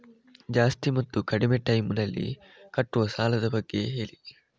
ಜಾಸ್ತಿ ಮತ್ತು ಕಡಿಮೆ ಟೈಮ್ ನಲ್ಲಿ ಕಟ್ಟುವ ಸಾಲದ ಬಗ್ಗೆ ಹೇಳಿ